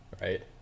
Right